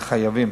חייבים.